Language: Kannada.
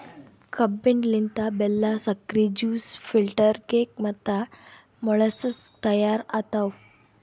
ಕಬ್ಬಿನ ಲಿಂತ್ ಬೆಲ್ಲಾ, ಸಕ್ರಿ, ಜ್ಯೂಸ್, ಫಿಲ್ಟರ್ ಕೇಕ್ ಮತ್ತ ಮೊಳಸಸ್ ತೈಯಾರ್ ಆತವ್